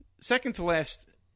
second-to-last